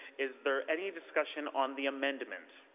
is there any discussion on the amendment?